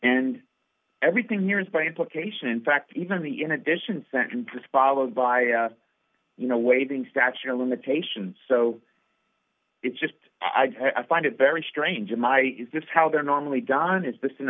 and everything here is brain put cation in fact even the in addition sentences followed by you know waiving statute of limitations so it's just i find it very strange in my business how they're normally done is this an